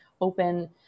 open